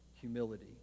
humility